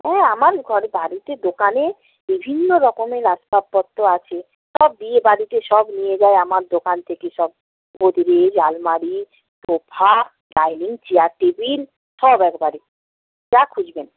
হ্যাঁ আমার ঘরে বাড়িতে দোকানে বিভিন্ন রকমের আসবাবপত্র আছে সব বিয়েবাড়িতে সব নিয়ে যায় আমার দোকান থেকে সব গোদরেজ আলমারি সোফা ডাইনিং চেয়ার টেবিল সব একবারে যা খুঁজবেন